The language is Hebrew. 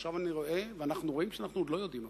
ועכשיו אני רואה ואנחנו רואים שאנחנו עוד לא יודעים הכול.